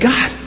God